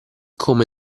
come